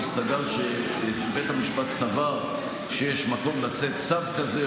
אם בית המשפט סבר שיש מקום לתת צו כזה,